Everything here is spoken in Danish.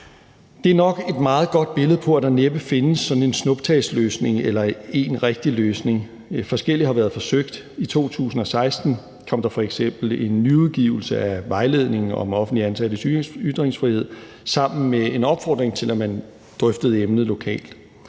Det er nok et meget godt billede på, at der næppe findes sådan en snuptagsløsning eller én rigtig løsning. Forskellige har været forsøgt. I 2016 kom der f.eks. en nyudgivelse af »Vejledning om offentligt ansattes ytringsfrihed« sammen med en opfordring til, at man drøftede emnet lokalt,